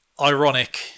Ironic